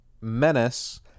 Menace